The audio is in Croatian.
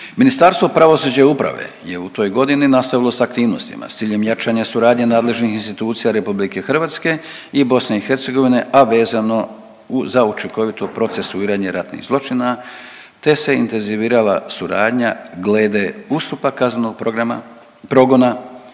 Ministarstvo pravosuđa i uprave je u toj godini nastavilo s aktivnosti s ciljem jačanja suradnje nadležnih institucija RH i BiH, a vezano za učinkovito procesuiranje ratnih zločina te se intenzivirala suradnja glede ustupa kaznenog programa,